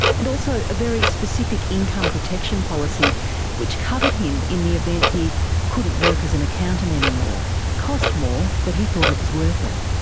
and also a very specific income protection policy which covered him in the event he couldn't work as an accountant anymore. it cost more but he thought it was worth it.